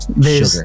sugar